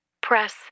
Press